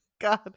god